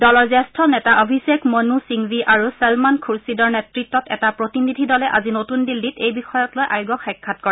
দলৰ জ্যেষ্ঠ নেতা অভিষেক মনু সিংভী আৰু ছলমান খূৰছিদৰ নেত্ৰত্ত এটা প্ৰতিনিধি দলে আজি নতুন দিল্লীত এই বিষয়ক লৈ আয়োগক সাক্ষাৎ কৰে